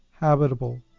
habitable